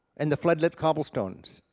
and the floodlit cobblestones,